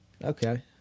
Okay